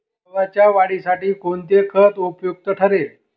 गव्हाच्या वाढीसाठी कोणते खत उपयुक्त ठरेल?